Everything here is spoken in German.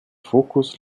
fokus